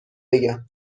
بگم